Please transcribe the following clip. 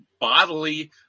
Bodily